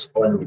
on